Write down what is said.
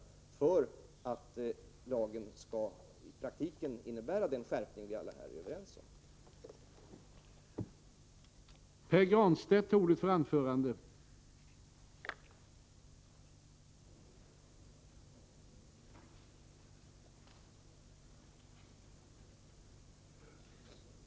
Det är viktigt för att lagen i praktiken skall innebära den skärpning som vi alla är överens om är nödvändig.